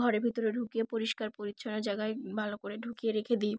ঘরের ভিতরে ঢুকিয়ে পরিষ্কার পরিচ্ছন্ন জায়গায় ভালো করে ঢুকিয়ে রেখে দিই